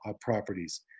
properties